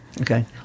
Okay